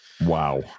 Wow